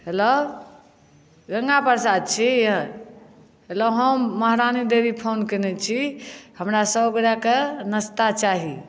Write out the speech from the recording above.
hello Ganga Prasad छी hello हम Maharani Devi phone केने छी हमरा सए गोटा के नास्ता चाही